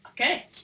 Okay